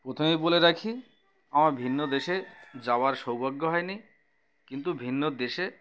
প্রথমেই বলে রাখি আমার ভিন্ন দেশে যাওয়ার সৌভাগ্য হয়নি কিন্তু ভিন্ন দেশে